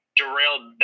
derailed